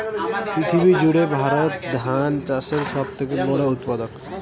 পৃথিবী জুড়ে ভারত ধান চাষের সব থেকে বড় উৎপাদক